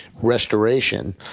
restoration